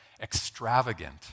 extravagant